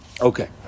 okay